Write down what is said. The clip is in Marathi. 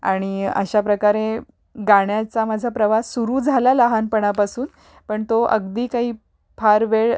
आणि अशा प्रकारे गाण्याचा माझा प्रवास सुरू झाला लहानपणापासून पण तो अगदी काही फार वेळ